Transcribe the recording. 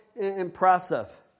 impressive